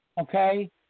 okay